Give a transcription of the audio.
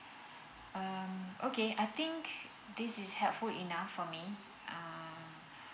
um okay I think this is helpful enough for me uh